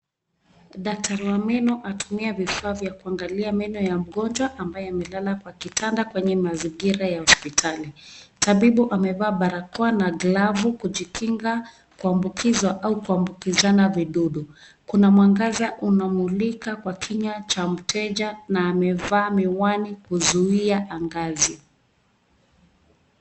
Daktari wa meno atumia vifaa ya kuangalia meno ya mgonjwa ambaye amelala kwa kitanda kwenye mazingira ya hospitali. Tabibu amevaa barakoa na glavu kujikinga kuambukizwa au kuambukizana vidudu. Kuna mwangaza unamulika kwa kinywa cha mteja na amevaa miwani kuzuia angazi.